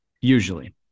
Usually